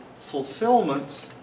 Fulfillment